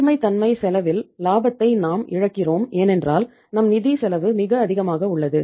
நீர்மைத்தன்மை செலவில் லாபத்தை நாம் இழக்கிறோம் ஏனென்றால் நம் நிதி செலவு மிக அதிகமாக உள்ளது